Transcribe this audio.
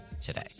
today